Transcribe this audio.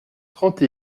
trente